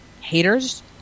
haters